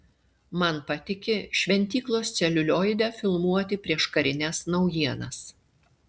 man patiki šventyklos celiulioide filmuoti prieškarines naujienas